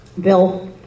bill